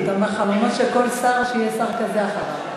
אתה אומר: חלומו של כל שר שיהיה שר כזה אחריו.